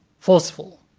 forceful,